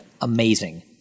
amazing